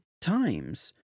times